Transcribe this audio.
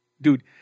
dude